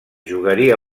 jugaria